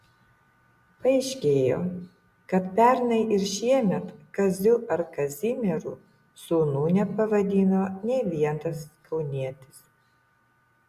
paaiškėjo kad pernai ir šiemet kaziu ar kazimieru sūnų nepavadino nė vienas kaunietis